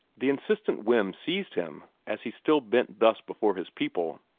the insistent whim seized him, as he still bent thus before his people,